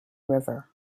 river